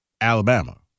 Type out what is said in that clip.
Alabama